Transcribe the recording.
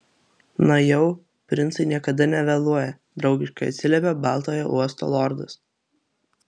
na jau princai niekada nevėluoja draugiškai atsiliepė baltojo uosto lordas